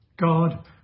God